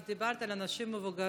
את דיברת על אנשים מבוגרים,